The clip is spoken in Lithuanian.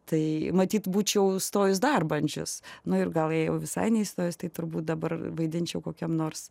tai matyt būčiau stojus dar bandžius nu ir gal jau visai ne įstojus tai turbūt dabar vaidinčiau kokiam nors